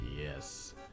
Yes